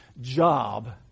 job